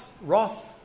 Roth